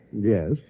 Yes